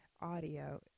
audio